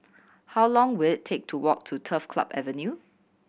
how long will it take to walk to Turf Club Avenue